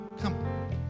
come